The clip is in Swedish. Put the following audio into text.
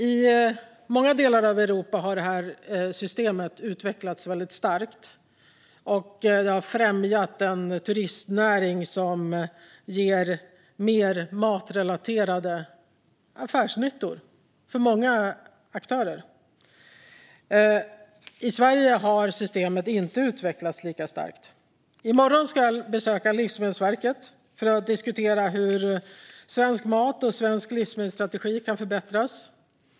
I många delar av Europa har det här systemet utvecklats väldigt starkt och har främjat den turistnäring som ger mer matrelaterade affärsnyttor för många aktörer. I Sverige har systemet inte utvecklats lika starkt. I morgon ska jag besöka Livsmedelsverket för att diskutera hur svensk mat och svensk livsmedelsstrategi kan förbättras.